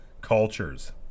cultures